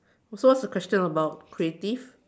so what's the question about creative